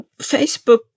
Facebook